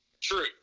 True